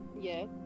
yes